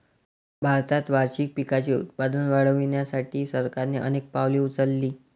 भारतात वार्षिक पिकांचे उत्पादन वाढवण्यासाठी सरकारने अनेक पावले उचलली